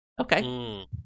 Okay